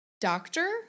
doctor